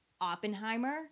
Oppenheimer